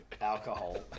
alcohol